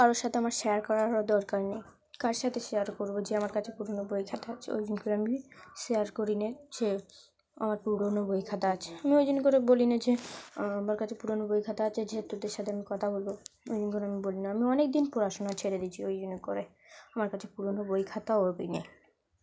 কারোর সাথে আমার শেয়ার করারও দরকার নেই কার সাথে শেয়ার করবো যে আমার কাছে পুরোনো বই খাতা আছে ওই জন্য করে আমি শেয়ার করি নে যে আমার পুরোনো বই খাতা আছে আমি ওই জন্য করে বলি না যে আমার কাছে পুরোনো বই খাতা আছে যে তোদের সাথে আমি কথা বলবো ওই জন্যগুলো আমি বলি না আমি অনেক দিন পড়াশোনা ছেড়ে দিছি ওই জন্য করে আমার কাছে পুরোনো বই খাতাও নেই